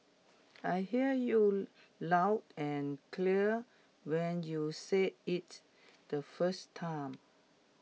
I hear you loud and clear when you said IT the first time